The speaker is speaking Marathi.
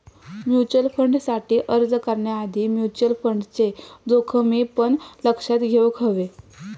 म्युचल फंडसाठी अर्ज करण्याआधी म्युचल फंडचे जोखमी पण लक्षात घेउक हवे